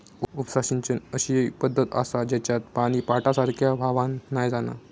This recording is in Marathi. उपसा सिंचन ही अशी पद्धत आसा जेच्यात पानी पाटासारख्या व्हावान नाय जाणा